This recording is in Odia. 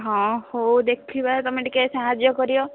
ହଁ ହଉ ଦେଖିବା ତମେ ଟିକେ ସାହାଯ୍ୟ କରିବ